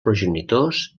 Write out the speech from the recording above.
progenitors